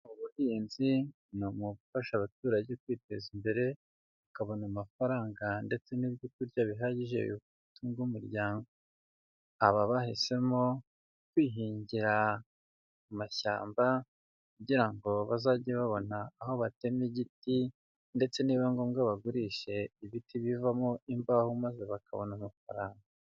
Ubuhinzi ni umwuga ufasha abaturage kwiteza imbere bakabona amafaranga ndetse n'ibyo kurya bihagije bitunga umuryango. Aba bahisemo kwihingira amashyamba kugira ngo bazajye babona aho batema igiti ndetse nibiba ngombwa bagurishe ibiti bivamo imbaho, maze bakabona amafaranga.